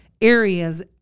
areas